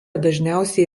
dažniausiai